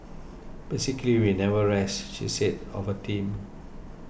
basically we never rest she said of her team